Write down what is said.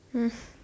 mm